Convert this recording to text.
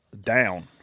down